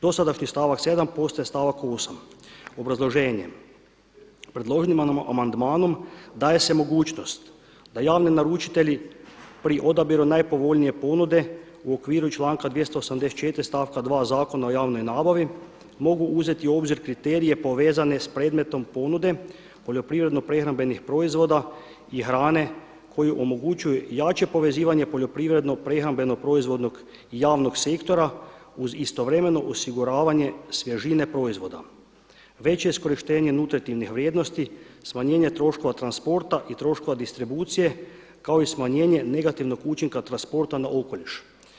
Dosadašnji stavak 7. postaje stavak 0. Obrazloženje, predloženim amandmanom daje se mogućnost da javni naručitelji pri odabiru najpovoljnije ponude u okviru članka 284. stavka 2. Zakona o javnoj nabavi mogu uzeti u obzir kriterije povezane s predmetom ponude poljoprivredno-prehrambenih proizvoda i hrane koji omogućuje jače povezivanje poljoprivredno-prehrambeno proizvodnog i javnog sektora uz istovremeno osiguravanje svježine proizvoda, veće iskorištenje nutritivnih vrijednosti, smanjenje troškova transporta i troškova distribucije kao i smanjenje negativnog učinka transporta na okoliš.